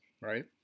Right